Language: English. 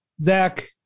Zach